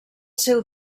seu